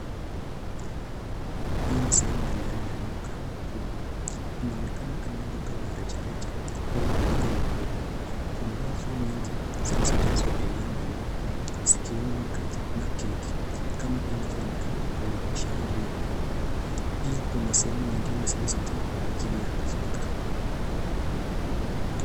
Hii ni sehemu ya ndani ya duka kubwa. Inaonekana kama duka la rejareja au maduka makubwa. Kuna rafu nyingi zilizojazwa bidhaa mbalimbali zikiwemo mkate na keki kama inavyoonekana kwenye ishara iliyoandikwa. Pia kuna sehemu nyingine zilizotengwa kwa ajili ya nafaka.